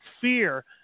Fear